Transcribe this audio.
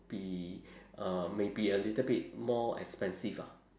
be uh may be a little bit more expensive ah